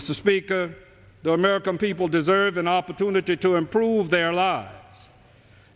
to the american people deserve an opportunity to improve their lives